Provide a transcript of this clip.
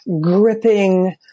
gripping